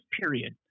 period